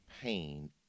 pain